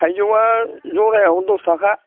थाइजौआ जरायाव दस ताका